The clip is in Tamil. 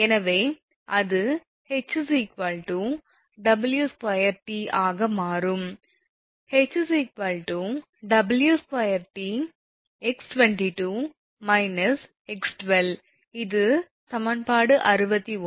எனவே அது ℎ 𝑊2𝑇 ஆக மாறும் ℎ𝑊2𝑇𝑥22−𝑥12 இது சமன்பாடு 61